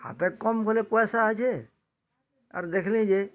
ହାତେ କମ୍ ବୋଲି ପଇସା ଅଛି ଆର୍ ଦେଖିଲି ଯେ